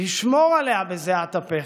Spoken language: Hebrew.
לשמור עליה בזיעת אפיך.